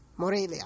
Morelia